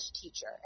teacher